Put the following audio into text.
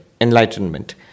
enlightenment